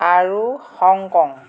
আৰু হংকং